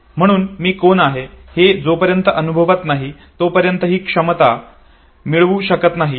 म्हणून मी कोण आहे हे जोपर्यंत अनुभवत नाही तोपर्यंत ही वेगळी क्षमता मिळवू शकत नाही